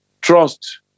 Trust